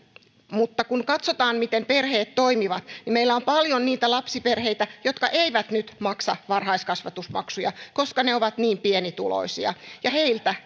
mutta kun katsotaan miten perheet toimivat niin meillä on paljon niitä lapsiperheitä jotka eivät nyt maksa varhaiskasvatusmaksuja koska ne ovat niin pienituloisia ja heiltä